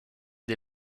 des